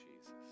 Jesus